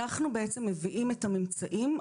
אנחנו בעצם מביאים את הממצאים.